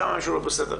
שם מישהו לא היה בסדר.